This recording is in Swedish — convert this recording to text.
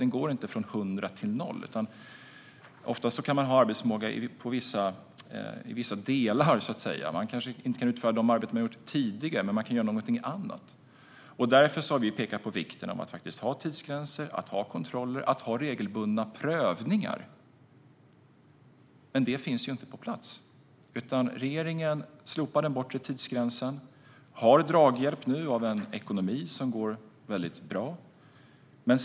Den går inte från hundra till noll, utan ofta kan man ha arbetsförmåga i vissa delar. Man kanske inte kan utföra det arbete man gjort tidigare, men man kan göra någonting annat. Därför har vi pekat på vikten av att ha tidsgränser, kontroller och regelbundna prövningar. Men det finns inte på plats, utan regeringen har slopat den bortre tidsgränsen. Man har nu draghjälp av en ekonomi som går väldigt bra.